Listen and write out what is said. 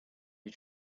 you